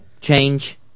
Change